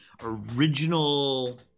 original